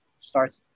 starts